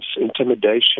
intimidation